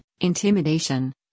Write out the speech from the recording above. intimidation